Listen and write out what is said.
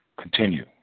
continue